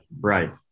Right